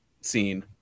scene